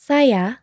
Saya